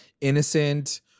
innocent